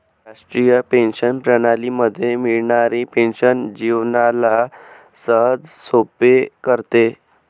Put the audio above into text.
राष्ट्रीय पेंशन प्रणाली मध्ये मिळणारी पेन्शन जीवनाला सहजसोपे करते